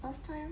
last time